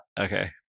Okay